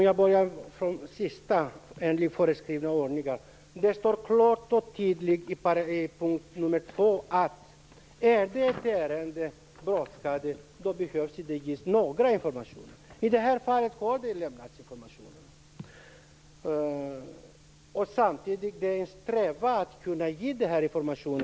Fru talman! När det gäller föreskriven ordning står det klart och tydligt i punkt 2 att om ett ärende är brådskande så behövs det inte ges någon information. I det här fallet har det lämnats information. Det har också funnits en strävan att lämna denna information.